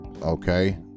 okay